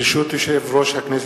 ברשות יושב-ראש הכנסת,